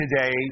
today